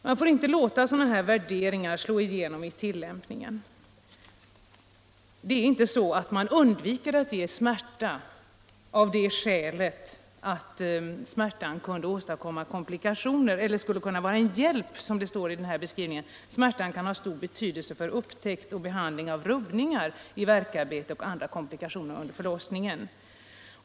Man får inte låta sådana här värderingar slå igenom vid tillämpningen av besluten om smärtlindring. Det står vidare i dessa råd och anvisningar: ”Smärtan kan ha stor betydelse för upptäckt och behandling av rubbningar i värkarbetet eller andra komplikationer under förlossningen.